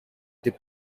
they